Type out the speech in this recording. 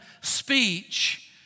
speech